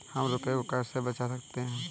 हम रुपये को कैसे बचा सकते हैं?